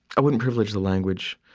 i wouldn't privilege the language